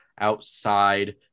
outside